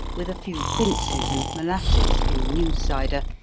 with a few quinces and molasses, in new cider,